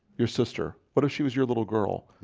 your sister what if she was your little girl?